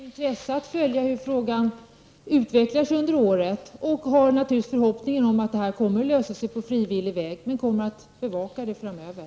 Fru talman! Från vänsterpartiets sida kommer vi med intresse att följa hur frågan utvecklar sig under året. Vi har naturligtvis förhoppningen att den kommer att lösa sig på frivillig väg men kommer att bevaka den framöver.